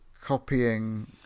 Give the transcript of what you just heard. copying